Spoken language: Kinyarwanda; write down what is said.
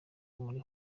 muri